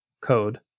code